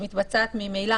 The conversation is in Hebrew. שמתבצעת ממילא,